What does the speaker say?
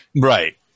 Right